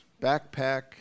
backpack